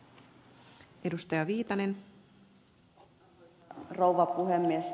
arvoisa rouva puhemies